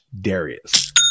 Darius